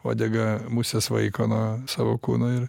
uodega muses vaiko nuo savo kūno ir